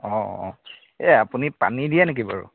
অ অ এই আপুনি পানী দিয়ে নেকি বাৰু